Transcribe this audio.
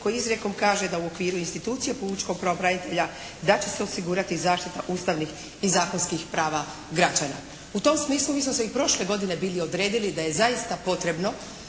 koji izrijekom kaže da u okviru institucije pučkog pravobranitelja da će se osigurati zaštita ustavnih i zakonskih prava građana. U tom smislu mi smo se i prošle godine bili odredili da je zaista potrebno